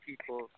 people